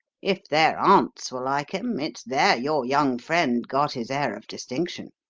if their aunts were like em, it's there your young friend got his air of distinction.